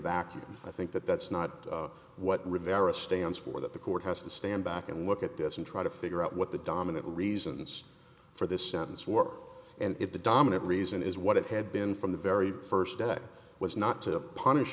vacuum i think that that's not what rivera stands for that the court has to stand back and look at this and try to figure out what the dominant reasons for this sentence work and if the dominant reason is what it had been from the very first day was not to punish